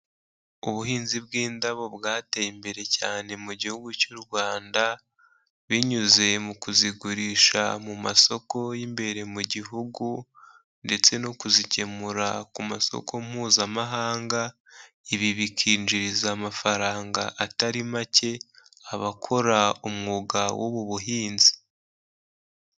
Ubuhinzi bw'indabo bwateye imbere cyane mu gihugu cy'u Rwanda, binyuze mu kuzigurisha mu masoko y'imbere mu gihugu, ndetse no kuzigemura ku masoko mpuzamahanga, ibi bikinjiriza amafaranga atari make abakora umwuga wubu buhinzi.